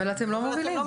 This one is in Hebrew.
אבל אתם לא מובילים.